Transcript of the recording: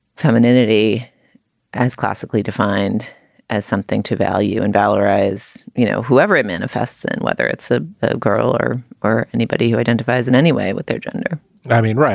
femininity as classically defined as something to value and valorize, you know, whoever it manifests and whether it's a girl or or anybody who identifies in any way with their gender i mean, right